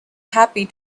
happy